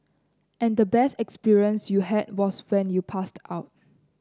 and the best experience you had was when you passed out